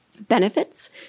Benefits